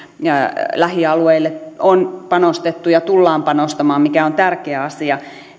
lähialueille on panostettu ja tullaan panostamaan mikä on tärkeä asia